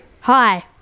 Hi